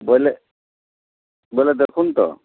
ବୋଇଲେ ବୋଇଲେ ଦେଖନ୍ତୁ ତ